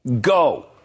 Go